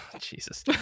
jesus